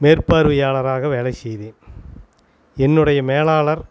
மேற்பார்வையாளராக வேலை செய்தேன் என்னுடைய மேலாளர்